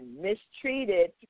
mistreated